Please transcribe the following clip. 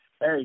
hey